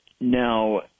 Now